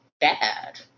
bad